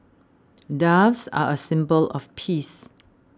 doves are a symbol of peace